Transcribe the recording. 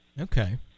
Okay